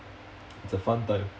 it's a fun time